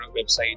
website